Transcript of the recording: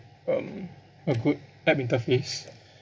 um a good app interface